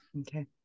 Okay